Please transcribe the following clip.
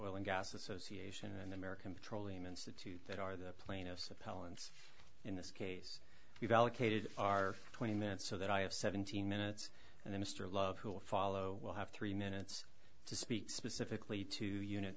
oil and gas association and the american petroleum institute that are the plaintiffs appellants in this case we've allocated our twenty minutes so that i have seventeen minutes and then mr love who will follow will have three minutes to speak specifically to unit